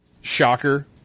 Shocker